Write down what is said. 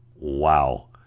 Wow